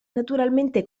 naturalmente